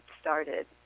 started